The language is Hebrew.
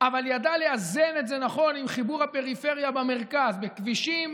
אבל ידע לאזן את זה נכון עם חיבור הפריפריה למרכז בכבישים,